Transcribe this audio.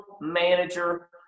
manager